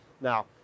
Now